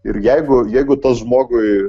ir jeigu jeigu tas žmogui